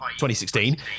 2016